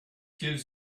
gives